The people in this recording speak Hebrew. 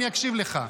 אני אקשיב לך.